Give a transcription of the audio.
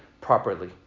properly